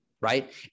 right